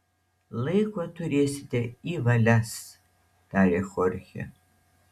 laiko turėsite į valias tarė chorchė